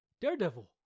Daredevil